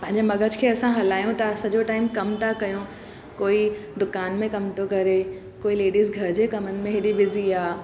पंहिंजे मग़ज खे असां हलायूं था सॼो टाइम कम था कयूं कोई दुकान में कम थो करे कोई लेडीस घर जे कमनि में हेॾी बिज़ी आहे